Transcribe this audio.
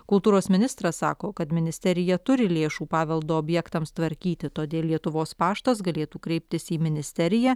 kultūros ministras sako kad ministerija turi lėšų paveldo objektams tvarkyti todėl lietuvos paštas galėtų kreiptis į ministeriją